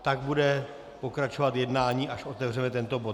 Tak bude pokračovat jednání, až otevřeme tento bod.